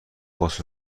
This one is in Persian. عباس